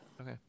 Okay